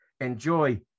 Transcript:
enjoy